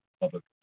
Public